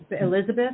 Elizabeth